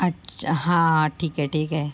अच्च हां ठीक आहे ठीक आहे